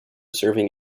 serving